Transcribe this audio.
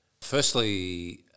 Firstly